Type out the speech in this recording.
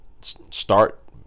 start